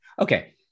Okay